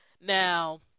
Now